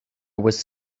was